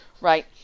right